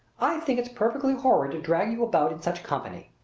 i think it's perfectly horrid to drag you about in such company!